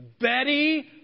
Betty